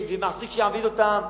ומעסיק שיעביד אותם,